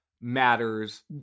matters